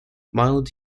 mild